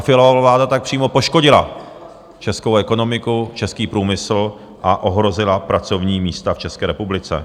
Fialova vláda tak přímo poškodila českou ekonomiku, český průmysl a ohrozila pracovní místa v České republice.